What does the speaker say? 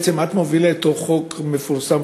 בעצם את מובילה את החוק המפורסם,